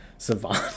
savant